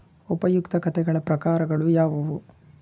ಉಪಯುಕ್ತತೆಗಳ ಪ್ರಕಾರಗಳು ಯಾವುವು?